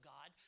God